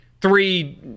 three